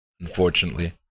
unfortunately